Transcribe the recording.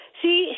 see